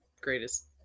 greatest